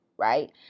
Right